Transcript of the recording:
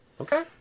Okay